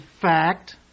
fact